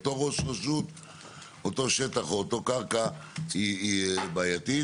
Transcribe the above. אותו שטח או אותה קרקע היא בעייתית,